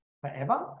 forever